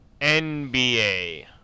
NBA